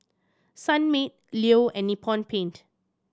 Sunmaid Leo and Nippon Paint